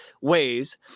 ways